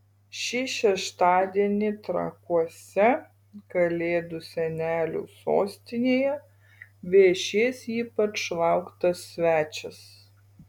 šį šeštadienį trakuose kalėdų senelių sostinėje viešės ypač lauktas svečias